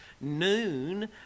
noon